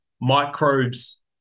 Microbes